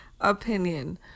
opinion